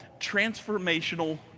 transformational